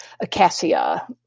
acacia